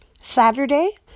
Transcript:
Saturday